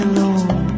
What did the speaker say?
Alone